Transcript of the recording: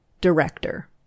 Director